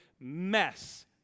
mess